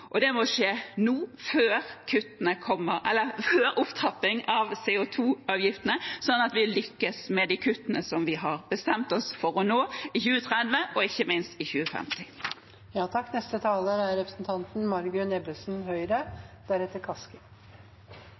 Det må skje nå, før opptrapping av CO 2 -avgiftene, slik at vi lykkes med de kuttene som vi har bestemt oss for å nå i 2030 – og ikke minst i 2050. Jeg er veldig glad for den posisjonen og det ansvaret Høyre